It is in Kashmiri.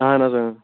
اَہَن حظ